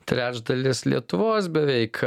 trečdalis lietuvos beveik